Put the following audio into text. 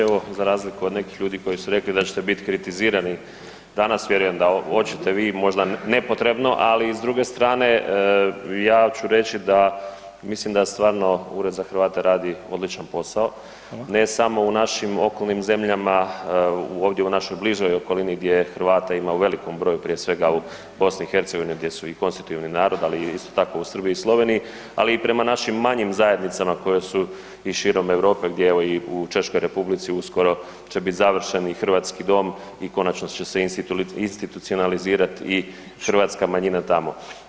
Evo za razliku od nekih ljudi koji su rekli da ćete biti kritizirani danas, vjerujem da hoćete vi možda nepotrebno ali i s druge strane, ja ću reći da mislim da stvarno Ured za Hrvate radi odličan posao, ne samo u našim okolnim zemljama ovdje u našoj bližoj okolini gdje Hrvata ima u velikom broju, prije svega u BiH-u gdje su i konstitutivni narod ali isto tako i Srbiji i Sloveniji, ali i prema našim manjim zajednicama koje su i širom Europe, gdje evo i u Češkoj Republici uskoro će biti završen i Hrvatski dom i konačno će se institucionalizirati i hrvatska manjina i tamo.